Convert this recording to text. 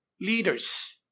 leaders